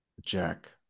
Jack